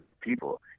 people